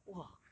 !wah!